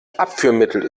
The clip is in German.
abführmittel